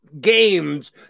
games